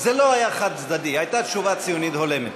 זה לא היה חד-צדדי, הייתה תשובה ציונית הולמת.